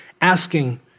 asking